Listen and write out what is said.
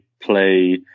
play